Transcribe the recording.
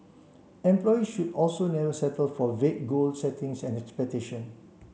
employees should also never settle for vague goal settings and expectation